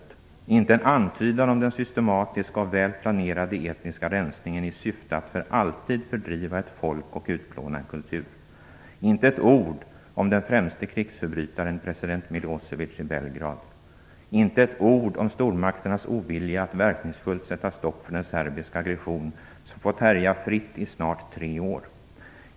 Det finns inte en antydan om den systematiska och väl planerade etniska rensningen i syfte att för alltid fördriva ett folk och utplåna en kultur. Det står inte ett ord om den främste krigsförbrytaren, president Milosevic i Belgrad, och inte ett ord om stormakternas ovilja att verkningsfullt sätta stopp för den serbiska aggression som har fått härja fritt i snart tre år.